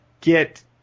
get